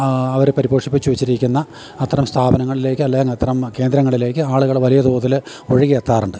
അവര് പരിപോഷിപ്പിച്ചു വച്ചിരിക്കുന്ന അത്തരം സ്ഥാപനങ്ങളിലേക്ക് അല്ലെങ്കിൽ അത്തരം കേന്ദ്രങ്ങളിലേക്ക് ആളുകള് വലിയ തോതില് ഒഴുകിയെത്താറുണ്ട്